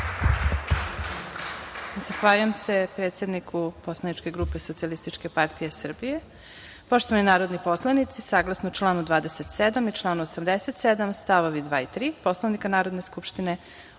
Zahvaljujem se predsedniku poslaničke grupe Socijalističke partije Srbije. Poštovani narodni poslanici, saglasno članu 27. i članu 87, stavovi 2. i 3. Poslovnika Narodne Skupštine,